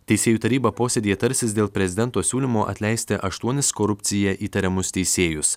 teisėjų taryba posėdyje tarsis dėl prezidento siūlymo atleisti aštuonis korupcija įtariamus teisėjus